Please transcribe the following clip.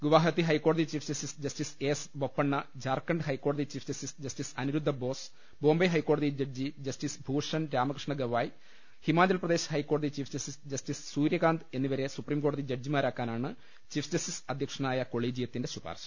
ഗുഹാവത്തി ഹൈക്കോടതി chief justice A S Bopanna Jharkhand ഹൈക്കോടതി chief justice justice Aniruddha Bose Bombay ഹൈക്കോടതി ജഡ്ജി ജസ്റ്റിസ് ഭൂഷൻ രാമ കൃഷ്ണഗ്പായ് ഹിമാചൽപ്രദേശ് ഹൈക്കോടതി ചീഫ് ജസ്റ്റിസ് ജസ്റ്റിസ് സൂര്യകാന്ത് എന്നിവരെ സുപ്രീംകോടതി ജഡ്ജിമാരാക്കാ നാണ് ചീഫ് ജസ്റ്റിസ് അധ്യ ക്ഷനായ കൊളീജിയത്തിന്റെ ശുപാർശ